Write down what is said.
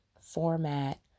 format